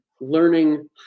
learning